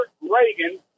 Reagan